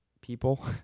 people